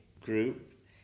group